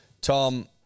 Tom